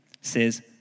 says